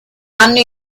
anno